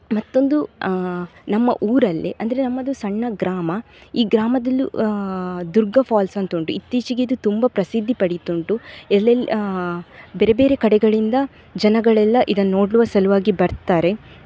ಮತ್ತೊಂದು ನಮ್ಮ ಊರಲ್ಲಿ ಅಂದರೆ ನಮ್ಮದು ಸಣ್ಣ ಗ್ರಾಮ ಈ ಗ್ರಾಮದಲ್ಲೂ ದುರ್ಗ ಫಾಲ್ಸ್ ಅಂತ ಉಂಟು ಇತ್ತೀಚಿಗಿದು ತುಂಬ ಪ್ರಸಿದ್ಧಿ ಪಡೀತಾ ಉಂಟು ಎಲ್ಲೆಲ್ಲಿ ಬೇರೆ ಬೇರೆ ಕಡೆಗಳಿಂದ ಜನಗಳೆಲ್ಲ ಇದನ್ನು ನೋಡುವ ಸಲುವಾಗಿ ಬರ್ತಾರೆ